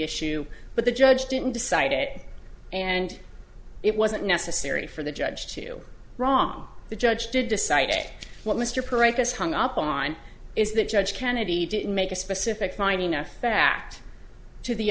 issue but the judge didn't decide it and it wasn't necessary for the judge to wrong the judge to decide ok what mr price has hung up on is that judge kennedy didn't make a specific finding of fact to the